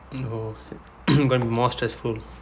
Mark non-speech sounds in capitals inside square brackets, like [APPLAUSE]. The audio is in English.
[NOISE] [COUGHS] gonna be more stressful